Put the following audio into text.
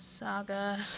saga